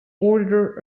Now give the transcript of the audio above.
order